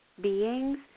beings